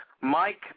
Mike